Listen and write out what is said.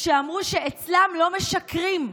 שאמרו שאצלם לא משקרים,